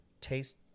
taste